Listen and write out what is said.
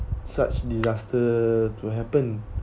such disaster to happen